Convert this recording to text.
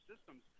systems